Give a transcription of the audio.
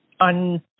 on